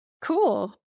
Cool